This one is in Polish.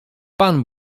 pan